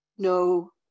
No